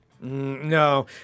No